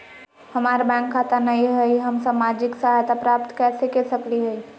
हमार बैंक खाता नई हई, हम सामाजिक सहायता प्राप्त कैसे के सकली हई?